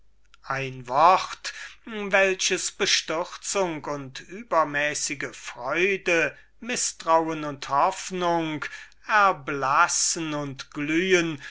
ein wort welches bestürzung und übermäßige freude mißtrauen und hoffnung erblassen und glühen